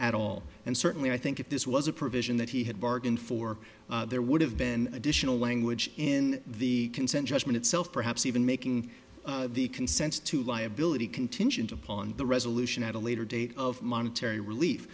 at all and certainly i think if this was a provision that he had bargained for there would have been additional language in the consent judgment itself perhaps even making the consents to liability contingent upon the resolution at a later date of monetary